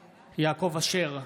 (קורא בשמות חברי הכנסת) יעקב אשר,